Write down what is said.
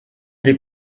des